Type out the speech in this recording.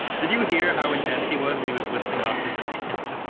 did you hear how intense he was when he was listing off his demands?